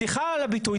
סליחה על הביטוי,